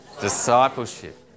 discipleship